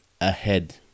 ahead